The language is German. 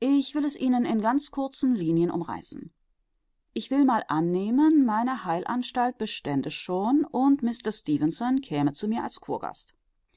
ich will es ihnen in ganz kurzen linien umreißen ich will mal annehmen meine heilanstalt bestände schon und mister stefenson käme zu mir als